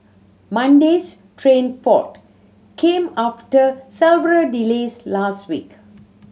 Monday's train fault came after several delays last week